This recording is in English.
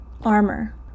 armor